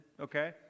okay